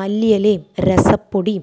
മല്ലിയെലേം രസപ്പൊടീം